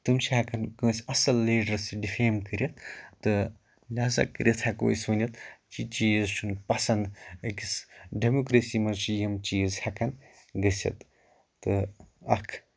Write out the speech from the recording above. تم چھِ ہیکان کٲنٛسہِ اصٕل لیٖڈرَس ڈِفیم کٔرِتھ تہٕ لِحاظہ کٔرِتھ ہیکو أسۍ وٕنِتھ یہِ چیٖز چھُ نہٕ پَسنٛد أکِس ڈٮ۪موکرٛیسی منٛز چھِ یِم چیٖز ہیکان گٕژِھتھ تہٕ اَکھ